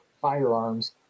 firearms